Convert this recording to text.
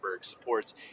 supports